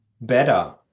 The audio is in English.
better